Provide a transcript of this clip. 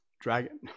Dragon